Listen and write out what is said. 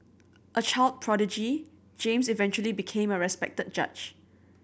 a child prodigy James eventually became a respected judge